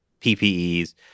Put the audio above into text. ppes